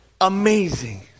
amazing